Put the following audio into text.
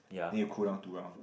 then you cool down two round